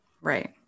Right